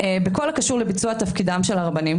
בכל הקשור לביצוע תפקידם של הרבנים,